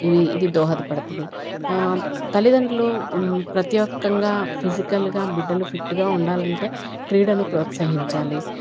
ఇవి ఇది దోహదపడుతది తల్లిదండ్రులు ప్రత్యేకంగా ఫిసికల్గా బిడ్డలు ఫిట్గా ఉండాలంటే క్రీడను ప్రోత్సహించాలి